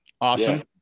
Awesome